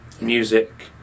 music